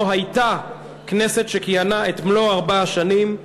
לא הייתה כנסת שכיהנה את מלוא ארבע השנים,